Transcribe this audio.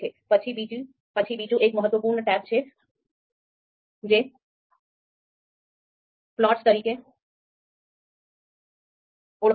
પછી બીજું એક મહત્વપૂર્ણ ટેબ છે જે 'પ્લોટ્સ' તરીકે ઓળખાય છે